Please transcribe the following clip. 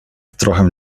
trochę